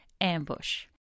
ambush